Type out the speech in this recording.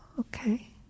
Okay